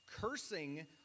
cursing